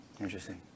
Interesting